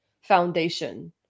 foundation